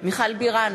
מיכל בירן,